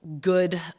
good